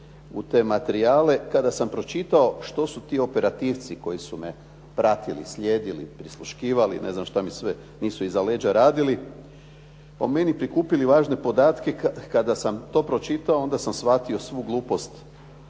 te materijale. Kada sam pročitao što su ti operativci koji su me pratili, slijedili, prisluškivali ne znam što mi sve iza leđa nisu radili. O meni prikupili važne podatka. Kada sam to pročitao onda sam shvatio svu glupost